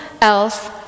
else